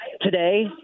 Today